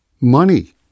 money